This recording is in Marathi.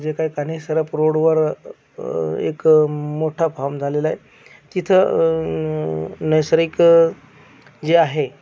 जे काय कानेसराफ रोडवर एक मोठा फाम झालेला आहे तिथं नैसर्गिक जे आहे